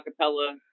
acapella